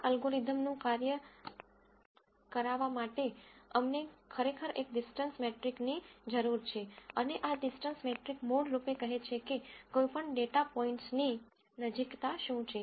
આ અલ્ગોરિધમનું કાર્ય કરાવા માટે અમને ખરેખર એક ડીસટન્સ મેટ્રિકની જરૂર છે અને આ ડીસટન્સ મેટ્રિક મૂળ રૂપે કહે છે કે કોઈપણ બે ડેટા પોઇન્ટ્સની નજીકતા શું છે